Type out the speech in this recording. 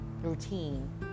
routine